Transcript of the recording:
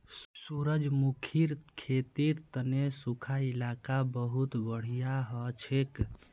सूरजमुखीर खेतीर तने सुखा इलाका बहुत बढ़िया हछेक